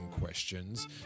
questions